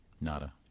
Nada